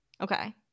Okay